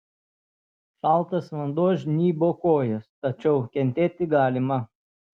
šaltas vanduo žnybo kojas tačiau kentėti galima